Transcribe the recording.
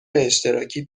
اشتراکی